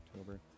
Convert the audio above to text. October